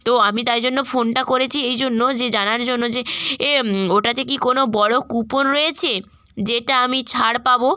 তো আমি তাই জন্য ফোনটা করেছি এই জন্য যে জানার জন্য যে এ ওটাতে কি কোনো বড়ো কুপন রয়েছে যেটা আমি ছাড় পাবো